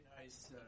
nice